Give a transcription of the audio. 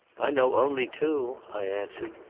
i know only two, i answered.